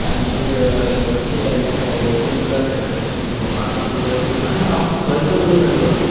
आनी linguistic dive diversity म्हणल्या ती लोकां भितर खूब डायवर्सी उरता आनी आमचो कल्चर सुद्दां वेगळो जाता